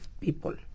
people